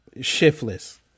shiftless